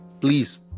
please